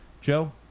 Joe